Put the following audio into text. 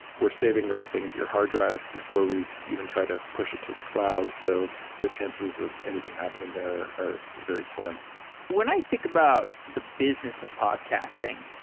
we're saving everything to your hard drive before we even try to push it to the cloud, so the chances of anything happening there are very slim when i think about the business of podcasting,